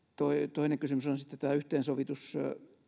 toinen kysymys on tämä yhteensovitus